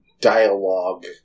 dialogue